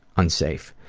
unsafe.